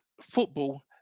football